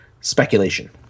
speculation